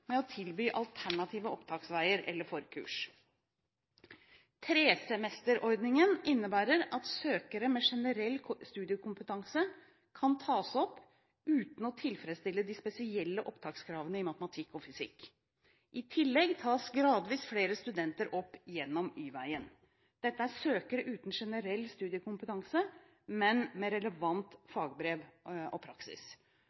med å tilby alternative opptaksveier eller forkurs. Tresemesterordningen innebærer at søkere med generell studiekompetanse kan tas opp uten å tilfredsstille de spesielle opptakskravene i matematikk og fysikk. I tillegg tas gradvis flere studenter opp gjennom Y-veien. Dette er søkere uten generell studiekompetanse, men med relevant